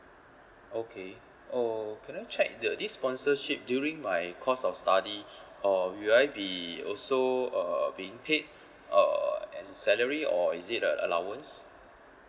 okay oh can I check the this sponsorship during my course of study or will I be also uh being paid uh as a salary or is it a allowance